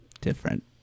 different